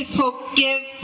forgive